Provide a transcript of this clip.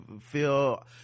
feel